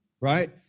right